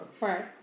Right